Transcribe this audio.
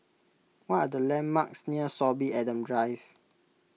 what are the landmarks near Sorby Adams Drive